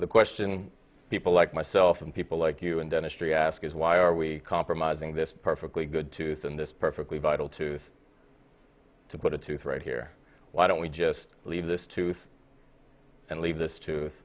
the question people like myself and people like you and dentistry ask is why are we compromising this perfectly good tooth in this perfectly vital to to put a tooth right here why don't we just leave this tooth and leave this tooth